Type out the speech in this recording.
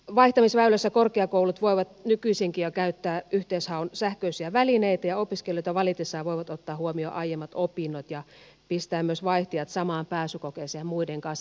vaihtamisväylässä korkeakoulut voivat nykyisinkin jo käyttää yhteishaun sähköisiä välineitä ja opiskelijoita valitessaan voivat ottaa huomioon aiemmat opinnot ja pistää myös vaihtajat samaan pääsykokeeseen muiden kanssa